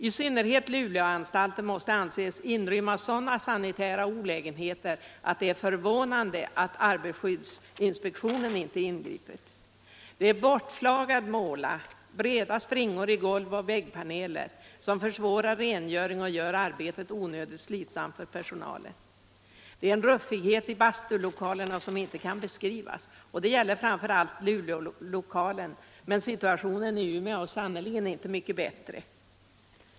I synnerhet Luleåanstalten måste anses inrymma sådana sanitära olägenheter att det är förvånande att arbetarskyddsinspektionen inte ingripit. Målarfärgen har flagat bort, det är breda springor i golvoch väggpaneler som försvårar rengöring och gör arbetet onödigt slitsamt för personalen. Det är en ruffighet i bastulokalerna som inte kan beskrivas. Det gäller framför allt Luleåanstalten, men situationen i Umeå är sannerligen inte mycket bättre.